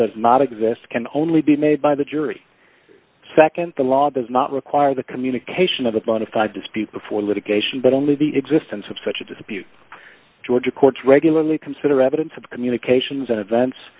does not exist can only be made by the jury nd the law does not require the communication of a bona fide to speak before litigation but only the existence of such a dispute georgia courts regularly consider evidence of communications and events